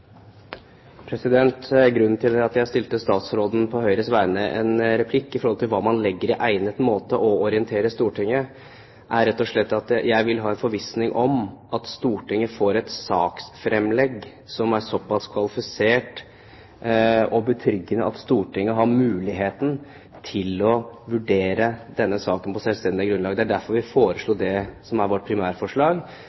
Grunnen til at jeg på Høyres vegne i en replikk stilte statsråden et spørsmål om hva man legger i «egnet måte» å orientere Stortinget på, er rett og slett at jeg vil ha en forvissning om at Stortinget får et saksfremlegg som er såpass kvalifisert og betryggende at Stortinget har mulighet til å vurdere denne saken på selvstendig grunnlag. Det var derfor vi